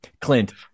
Clint